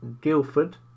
Guildford